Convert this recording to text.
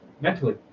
mentally